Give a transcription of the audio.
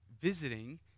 visiting